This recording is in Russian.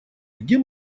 где